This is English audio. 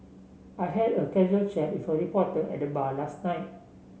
I had a casual chat with a reporter at the bar last night